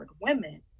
women